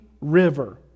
river